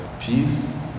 peace